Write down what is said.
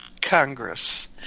Congress